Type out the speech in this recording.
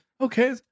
okay